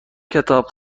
کتاب